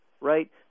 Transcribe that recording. Right